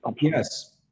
yes